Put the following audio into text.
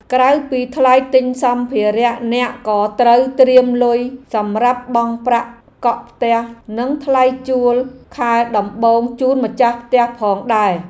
ក្រៅពីថ្លៃទិញសម្ភារៈអ្នកក៏ត្រូវត្រៀមលុយសម្រាប់បង់ប្រាក់កក់ផ្ទះនិងថ្លៃជួលខែដំបូងជូនម្ចាស់ផ្ទះផងដែរ។